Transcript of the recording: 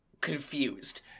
confused